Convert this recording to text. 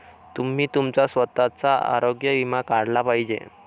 तुम्ही तुमचा स्वतःचा आरोग्य विमा काढला पाहिजे